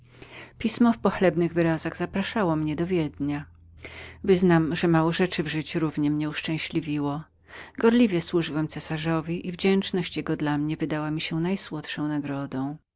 pismo zawierało pochlebne wyrazy zapraszające mnie do wiednia wyznam że mało rzeczy w życiu równie mnie uszczęśliwiło gorliwie służyłem cesarzowi i wdzięczność jego dla mnie wydała mi się najsłodszą nagrodą